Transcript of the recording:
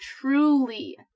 truly